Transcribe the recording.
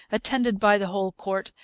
attended by the whole court,